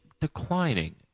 declining